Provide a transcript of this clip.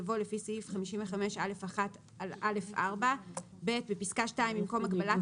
יבוא "לפי סעיף 55א1(א4)" (ב)בפסקה (2) במקום "הגבלת